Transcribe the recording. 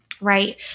right